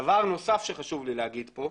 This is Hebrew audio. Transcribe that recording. דבר נוסף שחשוב לי לומר כאן.